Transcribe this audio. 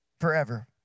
forever